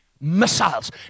missiles